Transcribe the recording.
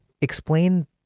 Explain